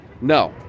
no